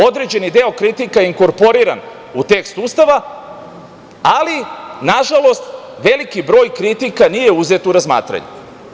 Određeni deo kritika je inkorporiran u tekst Ustava, ali nažalost veliki broj kritika nije uzet u razmatranje.